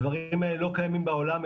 הדברים האלה לא קיימים בעולם,